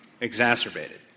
exacerbated